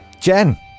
Jen